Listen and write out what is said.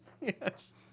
Yes